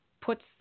puts